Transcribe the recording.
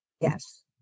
Yes